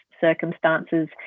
circumstances